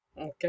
Okay